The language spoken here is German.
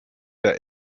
der